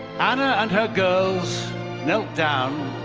anna and her girls knelt down,